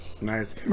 nice